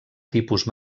tipus